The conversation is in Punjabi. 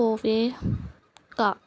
ਹੋਵੇਗਾ